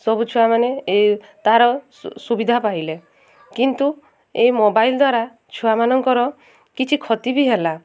ସବୁ ଛୁଆମାନେ ଏ ତା'ର ସୁବିଧା ପାଇଲେ କିନ୍ତୁ ଏଇ ମୋବାଇଲ୍ ଦ୍ୱାରା ଛୁଆମାନଙ୍କର କିଛି କ୍ଷତି ବି ହେଲା